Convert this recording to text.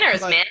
man